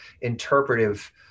interpretive